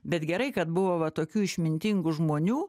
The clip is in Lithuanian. bet gerai kad buvo va tokių išmintingų žmonių